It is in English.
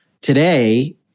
Today